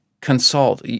consult